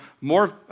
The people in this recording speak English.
more